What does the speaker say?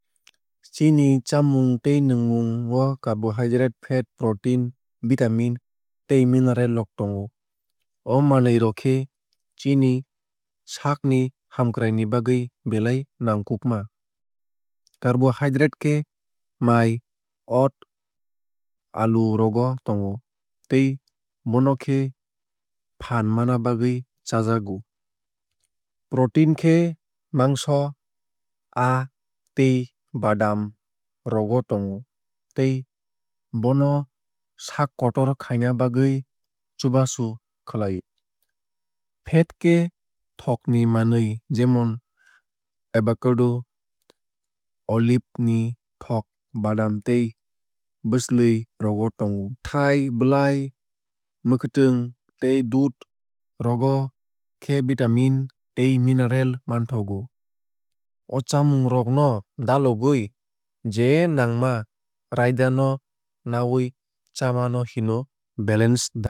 Chini chamung tei nwngmung o cabohydrate fat protein vitamin tei mineral rok tongo. O manwui rok khe chini saak ni hamkrai ni bagwui belai nangkukma. Carbohydrate khe mai oat alu rogo tongu tei bono khe phaan mana bagwui chajakgo. Protein khe mangso aa tei badam rogo tongo tei bono saak kotor khaina bagwui chubachu khlai o. Fat khe thokni manwui jemon avacado olive ni thok badam tei bwchwlwui rogo tongo. Bwthai blai mwkhwtwng tei dudh rogo khe vitamin tei minaral manthogo. O chamung rok no dalogwui je nangma raida no nawui chama no hino balanced diet.